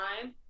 time